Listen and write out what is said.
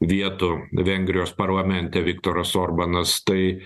vietų vengrijos parlamente viktoras orbanas tai